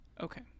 Okay